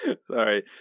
Sorry